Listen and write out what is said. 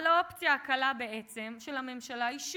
אבל האופציה הקלה בעצם של הממשלה היא,